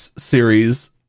Series